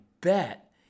bet